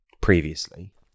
previously